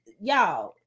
y'all